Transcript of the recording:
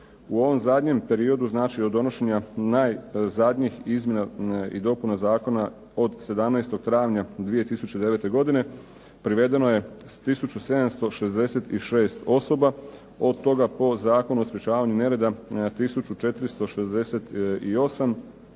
U ovom zadnjem periodu od donošenja najzadnjih izmjena i dopuna zakona od 17. travnja 2009. godine privedeno je 1766 osoba od toga po Zakonu o sprečavanju nereda 1468 dok